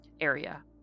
Area